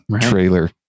trailer